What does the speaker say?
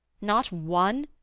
not one?